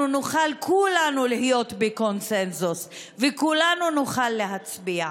אנחנו נוכל כולנו להיות בקונסנזוס וכולנו נוכל להצביע.